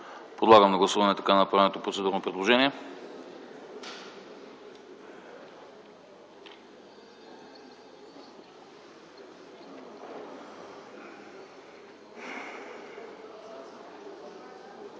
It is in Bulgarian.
Подлагам на гласуване така направеното процедурно предложение.